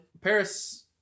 Paris